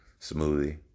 smoothie